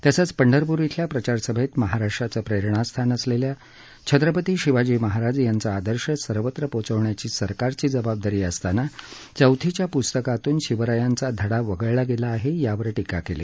तसंच पंढरपूर श्विल्या प्रचारसभेत महाराष्ट्राचं प्रेरणास्थान असलेल्या छत्रपती शिवाजी महाराज यांचा आदर्श सर्वत्र पोचवण्याची सरकारची जबाबदारी असताना चौथीच्या पुस्तकातुन शिवरायांचा धडा वगळला गेला आहे यावर टीका केली